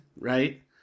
right